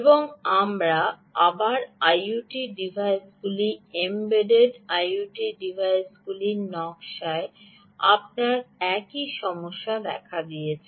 এবং আবার আইওটি ডিভাইসটি এমবেডড আইওটি ডিভাইসটির নকশায় আপনার একই সমস্যা দেখা দিয়েছে